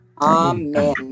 Amen